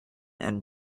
and